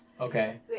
Okay